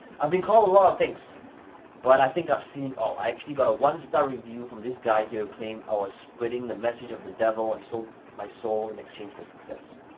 i've been called a lot of things but i think i've seen all. i actually got a one-star review from this guy here who claimed i was spreading the message of the devil and sold my soul in exchange for success.